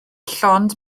llond